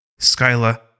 Skyla